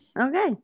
Okay